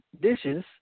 dishes